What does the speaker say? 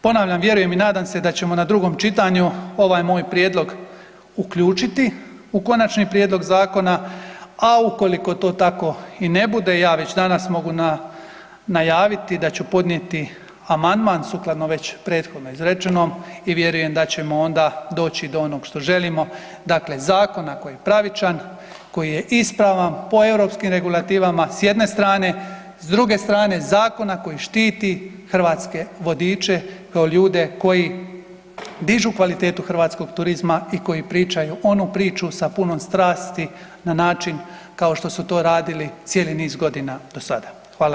Ponavljam, vjerujem i nadam se da ćemo na drugom čitanju ovaj moj prijedlog uključiti u konačni prijedlog zakona, a ukoliko to tako i ne bude ja već danas mogu najaviti da ću podnijeti amandman sukladno već prethodno izrečenom i vjerujem da ćemo onda doći do onog što želimo, dakle zakona koji je pravičan, koji je ispravan, po europskim regulativama s jedne strane, s druge strane zakona koji štiti hrvatske vodiče kao ljude koji dižu kvalitetu hrvatskog turizma i koji pričaju onu priču sa puno strasti na način kao što su to radili cijeli niz godina do sada.